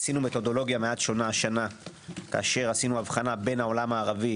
עשינו מתודולוגיה מעט שונה השונה כאשר הבחנו בין העולם הערבי